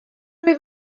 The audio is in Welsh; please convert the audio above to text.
wyf